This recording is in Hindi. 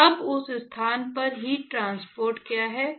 तो अब उस स्थान पर हीट ट्रांसपोर्ट क्या है